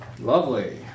Lovely